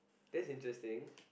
that's interesting